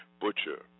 butcher